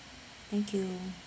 thank you